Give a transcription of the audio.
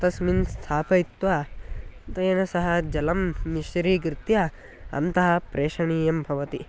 तस्मिन् स्थापयित्वा तेन सह जलं मिश्रणं कृत्वा अन्तः प्रेषणीयं भवति